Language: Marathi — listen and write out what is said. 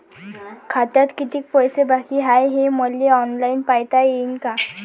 खात्यात कितीक पैसे बाकी हाय हे मले ऑनलाईन पायता येईन का?